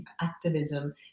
activism